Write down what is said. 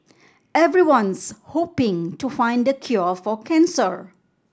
everyone's hoping to find the cure for cancer